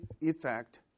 effect